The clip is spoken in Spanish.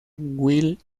will